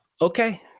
Okay